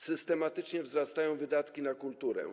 Systematycznie wzrastają wydatki na kulturę.